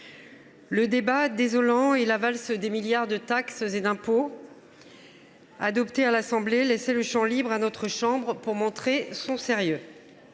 Le débat désolant et la valse des milliards de taxes et d’impôts nouveaux adoptés laissaient le champ libre à notre chambre pour montrer son sérieux.